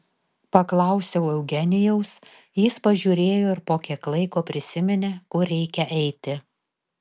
paklausiau eugenijaus jis pažiūrėjo ir po kiek laiko prisiminė kur reikia eiti